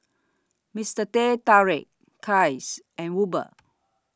Mister Teh Tarik Kiehl's and Uber